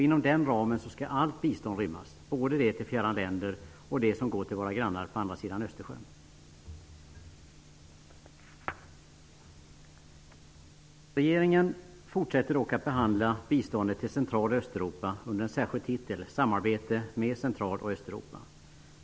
Inom den ramen skall allt bistånd rymmas, både det till fjärran länder och det som går till våra grannar på andra sidan Regeringen fortsätter dock att behandla biståndet till Central och Östeuropa under en särskild titel: Samarbete med Central och Östeuropa.